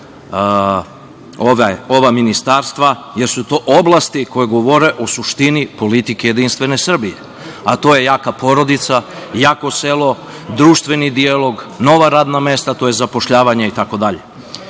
ova ministarstva, jer su to oblasti koje govore o suštini politike JS, a to je jaka porodica, jako selo, društveni dijalog, nova radna mesta, tj. zapošljavanje i